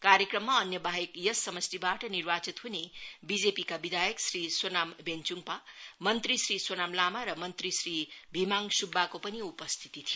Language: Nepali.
कार्यक्रममा अन्यवाहेक यस समष्टिवाट निर्वाचित हुने बीजेपी का विधायक श्री सोनाम भेन्चुङपा र मन्त्री श्री सोनाम लामा र मन्त्री श्री भीमहाङ सुब्बाको पनि उपस्थिति थियो